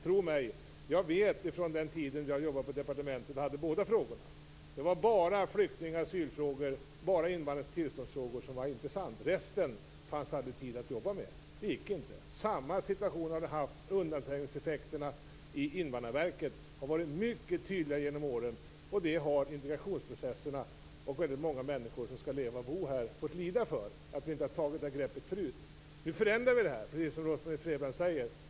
Tro mig, jag vet från den tiden då jag jobbade på departementet och hade hand om båda frågorna. Det var bara flykting och asylfrågor och invandrarnas tillståndsfrågor som var intressant. Resten fanns det aldrig tid att jobba med. Det gick inte. Samma situation har vi haft i Invandrarverket. Undanträngningseffekterna har varit mycket tydliga genom åren. Integrationsprocesserna, och även många människor som skall leva och bo här, har fått lida för att vi inte har tagit det här greppet förut. Nu förändrar vi det här, precis som Rose-Marie Frebran säger.